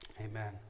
amen